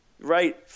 right